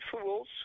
fools